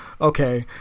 okay